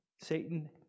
Satan